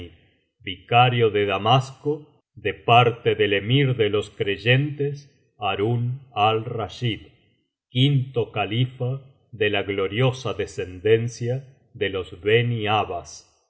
vicario de damasco de parte biblioteca valenciana generalitat valenciana las mil noches y una noche del emir de los creyentes harún al racbid quinto califa de la gloriosa descendencia de los